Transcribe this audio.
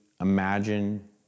imagine